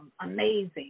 amazing